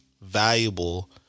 valuable